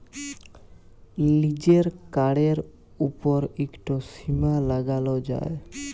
লিজের কাড়ের উপর ইকট সীমা লাগালো যায়